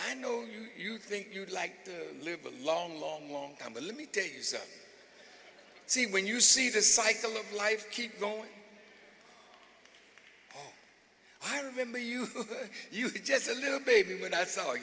i know you think you would like to live a long long long time but let me tell you so see when you see this cycle of life keep going i remember you you just a little baby when i saw